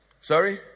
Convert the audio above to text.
sorry